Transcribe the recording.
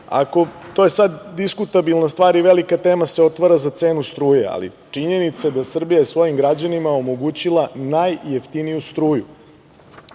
To je sad diskutabilna stvar i velika tema se otvara za cenu struje, ali činjenica je da je Srbija svojim građanima omogućila najjeftiniju struju.